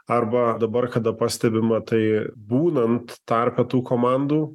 arba dabar kada pastebima tai būnant tarpe tų komandų